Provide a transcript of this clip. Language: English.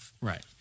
Right